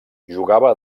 jugava